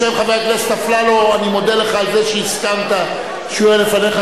בשם חבר הכנסת אפללו אני מודה לך על זה שהסכמת שהוא יהיה לפניך,